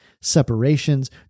separations